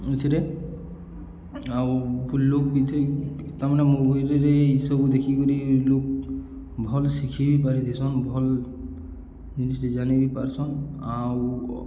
ଏଇଥିରେ ଆଉ ଲୋକ୍ ଏଇଥିରେ ତାମାନେେ ମୋବାଇଲ୍ରେ ଇସବୁ ଦେଖିକିକରି ଲୋକ ଭଲ୍ ଶିଖି ବି ପାରିଥିସନ୍ ଭଲ୍ ଜିନିଷ୍ଟେ ଜାନି ବି ପାର୍ସନ୍ ଆଉ